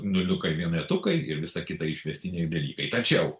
nuliukai vienetukai ir visa kita išvestiniai dalykai tačiau